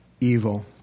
evil